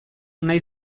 nahi